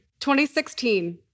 2016